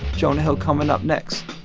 jonah hill coming up next